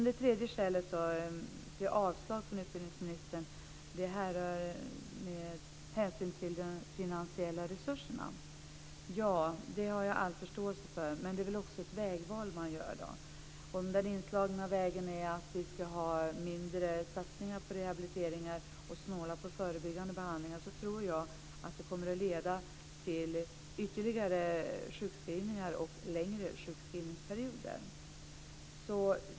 Det tredje skälet för utbildningsministerns avslag handlade om hänsyn till de finansiella resurserna. Det har jag all förståelse för, men detta är väl också ett vägval man gör. Om den inslagna vägen är att satsa mindre på rehabiliteringar och att snåla på förebyggande behandlingar tror jag att det kommer att leda till ytterligare sjukskrivningar och längre sjukskrivningsperioder.